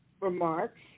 remarks